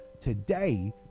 Today